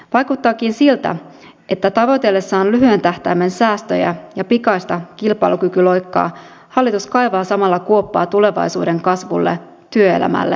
vaikuttaakin siltä että tavoitellessaan lyhyen tähtäimen säästöjä ja pikaista kilpailukykyloikkaa hallitus kaivaa samalla kuoppaa tulevaisuuden kasvulle työelämälle ja hyvinvoinnille